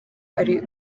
ari